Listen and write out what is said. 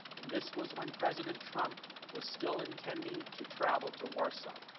and this was when president trump was still intending to travel to warsaw.